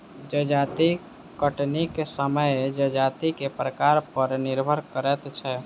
जजाति कटनीक समय जजाति के प्रकार पर निर्भर करैत छै